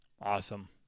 Awesome